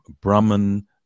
Brahman